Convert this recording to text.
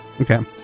Okay